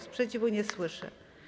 Sprzeciwu nie słyszę.